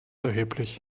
erheblich